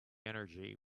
energy